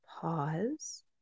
pause